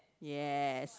yes